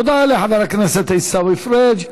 תודה לחבר הכנסת עיסאווי פריג'.